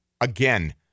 again